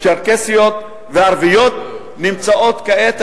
צ'רקסיות וערביות נמצאות כעת,